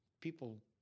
people